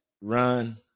run